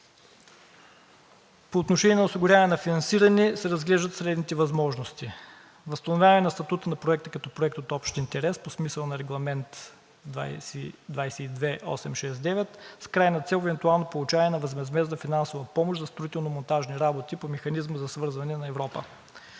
По отношение на осигуряване на финансиране се разглеждат следните възможности: възстановяване на статута на Проекта като проект от общ интерес по смисъла на Регламент 2022/869, с крайна цел евентуално получаване на безвъзмездна финансова помощ за строително-монтажни работи по Механизма за свързване на Европа.